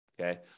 Okay